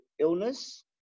illness